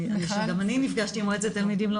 האמת שגם אני נפגשתי עם מועצת התלמידים לא